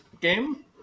game